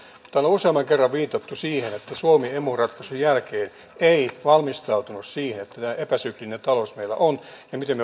täällä on useamman kerran viitattu siihen että suomi emu ratkaisun jälkeen ei valmistautunut siihen että tämä epäsyklinen talous meillä on ja siihen miten me varaudumme